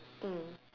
mm